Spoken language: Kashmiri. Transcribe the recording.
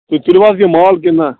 تُہۍ تُلوا حظ یہِ مال کِنہٕ نہَ